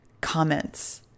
comments